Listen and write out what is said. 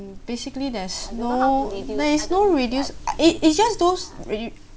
basically there's no there is no reduce it it just those reduce